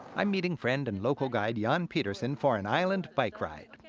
i'm meeting friend and local guide jan peterson for an island bike ride.